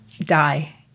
die